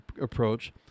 approach